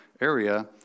area